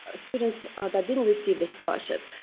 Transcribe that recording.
ah students that didn't receive the scholarship,